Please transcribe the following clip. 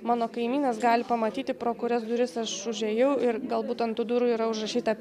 mano kaimynas gali pamatyti pro kurias duris aš užėjau ir galbūt ant tų durų yra užrašyta